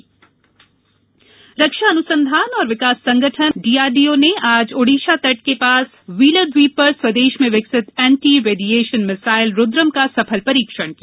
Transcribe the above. रुद्रम रक्षा अनुसंधान और विकास संगठन डीआरडीओ ने आज ओडिशा तट के पस व्हीलर द्वीप पर स्वदेश में विकसित एण्टी रेडीएशन मिसाइल रुद्रम का सफल परीक्षण किया